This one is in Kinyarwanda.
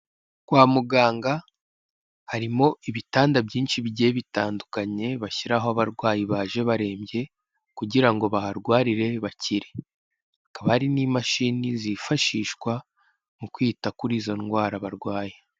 Kwa muganga harimo ibitanda byinshi bigiye bitandukanye bashyiraho abarwayi baje barembye kugira ngo baharwarire bakire, akaba hari n'imashini zifashishwa mu kwita kuri izo ndwara barwaye.